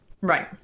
Right